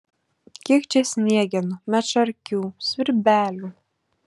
kiek čia sniegenų medšarkių svirbelių